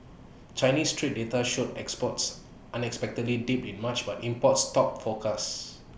Chinese trade data showed exports unexpectedly dipped in March but imports topped forecasts